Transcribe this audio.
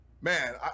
man